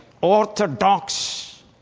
Orthodox